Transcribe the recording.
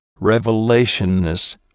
revelationness